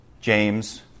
James